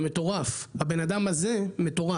הוא אומר לעצמו 'זה מטורף, הבנאדם הזה מטורף'.